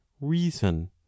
reason